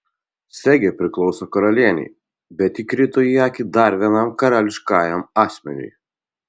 segė priklauso karalienei bet ji krito į akį dar vienam karališkajam asmeniui